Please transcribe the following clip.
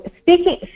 speaking